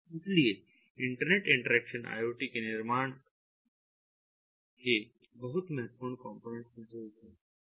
इसलिए internet interaction IoT के निर्माण के बहुत महत्वपूर्ण कॉम्पोनेंट्स में से एक है